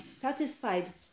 satisfied